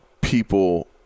people